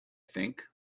think